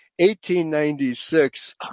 1896